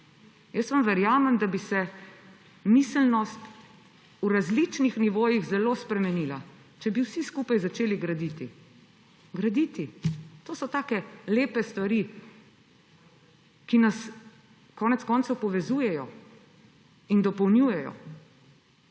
Jaz verjamem, da bi se miselnost v različnih nivojih zelo spremenila, če bi vsi skupaj začeli graditi. Graditi! To so takšne lepe stvari, ki nas konec koncev povezujejo in dopolnjujejo.